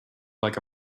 like